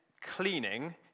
cleaning